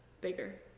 bigger